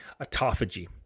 autophagy